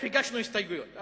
הגשנו הסתייגויות.